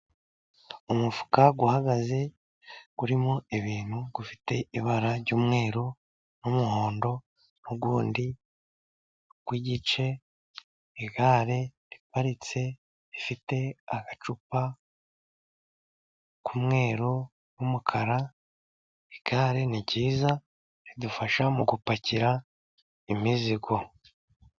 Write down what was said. Umufuka uhagaze urimo ibintu, ufite ibara ry'umweru n'umuhondo n'undi w'igice. Igare riparitse rifite agacupa k'umweru n'umukara, igare ni ryiza ridufasha mugupakira imizigo.